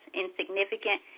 insignificant